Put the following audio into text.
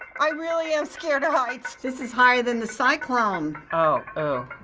i really am scared of heights. this is higher than the cyclone. oh.